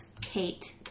Kate